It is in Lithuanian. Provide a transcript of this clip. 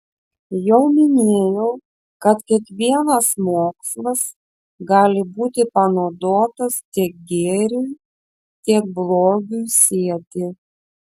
jau minėjau kad kiekvienas mokslas gali būti panaudotas tiek gėriui tiek blogiui sėti